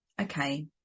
okay